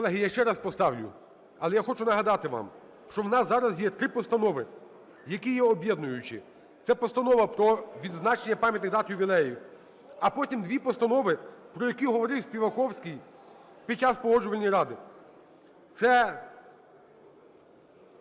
Колеги, я ще раз поставлю, але я хочу нагадати вам, що в нас зараз є три постанови, які є об'єднуючі. Це постанова про відзначення пам'ятних дат і ювілеїв, а потім дві постанови, про які говорив Співаковський під час Погоджувальної ради.